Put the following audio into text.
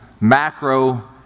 macro